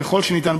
ככל שניתן,